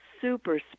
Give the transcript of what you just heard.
super